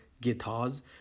guitars